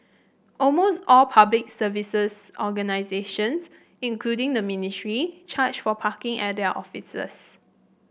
almost all Public Services organisations including the ministry charge for parking at their offices